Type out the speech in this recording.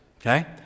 Okay